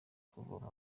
kuvoma